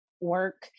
work